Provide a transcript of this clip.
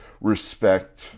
respect